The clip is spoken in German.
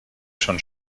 schon